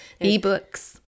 ebooks